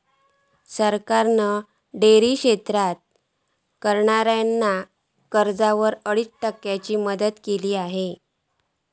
सरकारान डेअरी क्षेत्रात करणाऱ्याक कर्जावर अडीच टक्क्यांची मदत केली हा